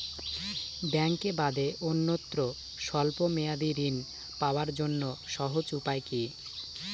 ব্যাঙ্কে বাদে অন্যত্র স্বল্প মেয়াদি ঋণ পাওয়ার জন্য সহজ উপায় কি?